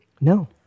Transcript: No